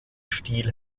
stiel